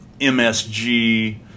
msg